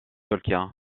tolkien